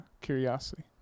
curiosity